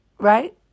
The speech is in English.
Right